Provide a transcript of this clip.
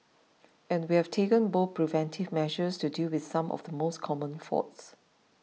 and we have taken both preventive measures to deal with some of the most common faults